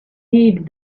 need